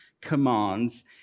commands